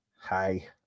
Hi